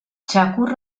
txakur